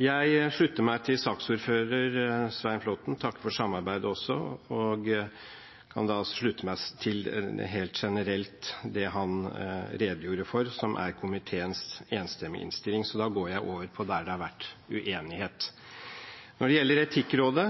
Jeg slutter meg til saksordføreren, Svein Flåtten. Jeg takker for samarbeidet, og jeg kan helt generelt slutte meg til det han redegjorde for, som er komiteens enstemmige innstilling. Da går jeg over på det det har vært uenighet om. Når det gjelder Etikkrådet,